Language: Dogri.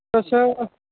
अच्छा